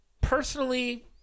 personally